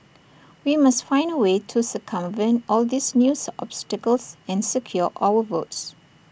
we must find A way to circumvent all these news obstacles and secure our votes